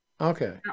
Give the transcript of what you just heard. okay